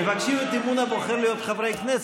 מבקשים את אמון הבוחר להיות חברי כנסת,